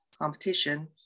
competition